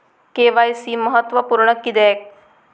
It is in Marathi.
के.वाय.सी महत्त्वपुर्ण किद्याक?